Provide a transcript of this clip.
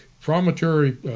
Promontory